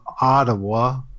ottawa